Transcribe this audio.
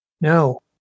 No